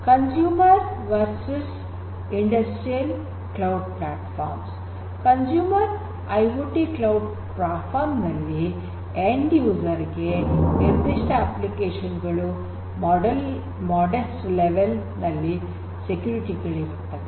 consumer versus industrial IoT cloud platforms consumer IoT cloud platform ನಲ್ಲಿ end user ಗೆ ನಿರ್ಧಿಷ್ಟ application modest level ನಲ್ಲಿ security ಗಳಿವೆ